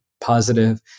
positive